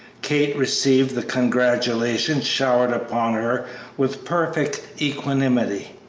kate received the congratulations showered upon her with perfect equanimity,